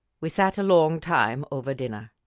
we sat a long time over dinner.